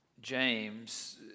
James